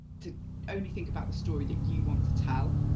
to only think about the story that you want to tell.